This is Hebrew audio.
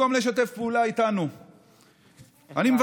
סמסטר לעניין קורס סמסטריאלי